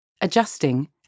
adjusting